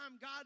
God